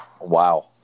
Wow